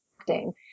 acting